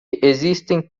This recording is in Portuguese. existem